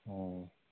ꯑꯣ